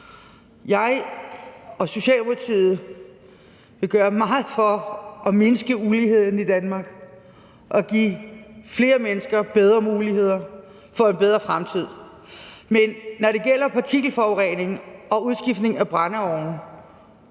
Jeg og Socialdemokratiet vil gøre meget for at mindske uligheden i Danmark og give flere mennesker bedre muligheder for en bedre fremtid. Men når det gælder partikelforurening og udskiftning af brændeovne